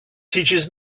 teaches